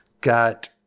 got